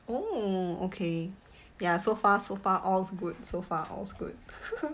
oh okay ya so far so far all's good so far all's good